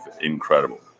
incredible